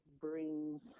brings